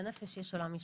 לנפש יש עולם משלה.